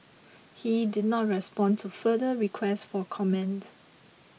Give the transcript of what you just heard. he did not respond to further requests for comment